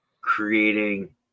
creating